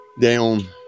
Down